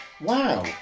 Wow